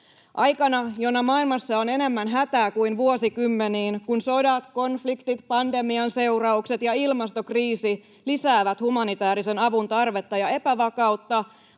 Aikana, jona maailmassa on enemmän hätää kuin vuosikymmeniin, kun sodat, konfliktit, pandemian seuraukset ja ilmastokriisi lisäävät humanitäärisen avun tarvetta ja epävakautta,